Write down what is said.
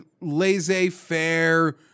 laissez-faire